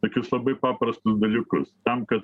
tokius labai paprastus dalykus tam kad